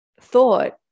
thought